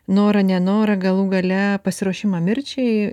norą nenorą galų gale pasiruošimą mirčiai